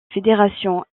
fédérations